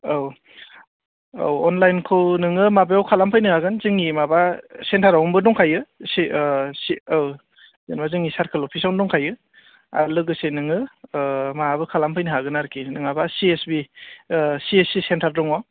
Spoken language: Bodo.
औ औ अनलाइनखौ नोङो माबायाव खालामफैनो हागोन जोंनि माबा सेन्टारावनोबो दंखायो सि सि औ जेनेबा जोंनि सारकोल अफिसावनो दंखायो आर लोगोसे नोङो माबाबो खालाम फैनो हागोन आरखि नङाब्ला C S P C S P centre दङ